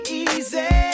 easy